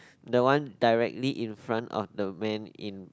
the one directly in front of the man in